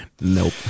Nope